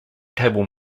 table